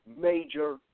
major